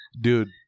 dude